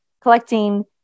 collecting